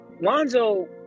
Lonzo